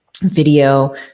video